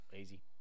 Easy